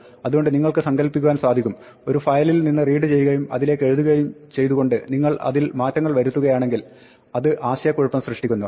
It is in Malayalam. അതുകൊണ്ട് നിങ്ങൾക്ക് സങ്കല്പിക്കുവാൻ സാധിക്കും ഒരു ഫയലിലിൽ നിന്ന് റീഡ് ചെയ്യുകയും അതിലേക്ക് എഴുതുകയും ചെയ്തു കൊണ്ട് നിങ്ങൾ അതിൽ മാറ്റങ്ങൾ വരുത്തുകയാണെങ്ങിൽ അത് ആശയക്കുഴപ്പം സൃഷ്ടിക്കുന്നു